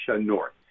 North